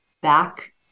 back